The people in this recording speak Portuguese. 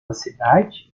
cidade